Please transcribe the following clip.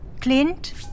Clint